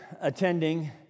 attending